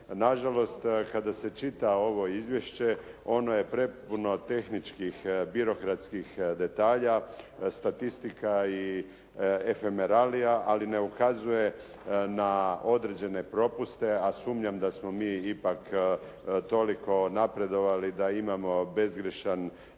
Na žalost, kada se čita ovo izvješće, ono je prepuno tehničkih, birokratskih detalja, statistika i efemeralija, ali ne ukazuje na određene propuste, a sumnjam da smo mi ipak toliko napredovali da imamo bezgrješan sustav,